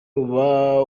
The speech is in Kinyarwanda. uba